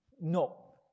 No